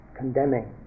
condemning